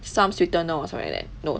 some sweetener also right that